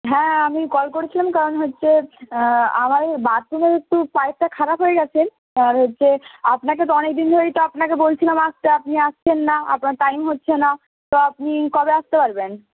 হ্যাঁ আমি কল করেছিলাম কারণ হচ্ছে আমার ঐ বাথরুমে একটু পাইপটা খারাপ হয়ে গেছে আর হচ্ছে আপনাকে তো অনেক দিন ধরেই তো আপনাকে বলছিলাম আসতে আপনি আসছেন না আপনার টাইম হচ্ছে না তো আপনি কবে আসতে পারবেন